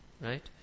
Right